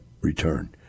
return